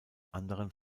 anderen